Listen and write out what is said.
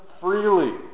freely